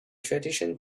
tradition